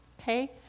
okay